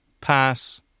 Pass